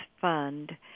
Fund